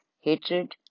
hatred